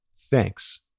Thanks